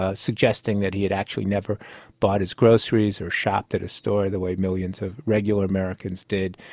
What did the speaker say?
ah suggesting that he had actually never bought his groceries or shopped at a store the way millions of regular americans did.